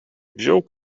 wziął